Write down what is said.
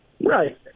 Right